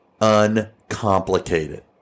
Uncomplicated